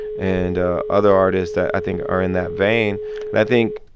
and ah other artists that i think are in that vein. and i think.